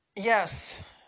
yes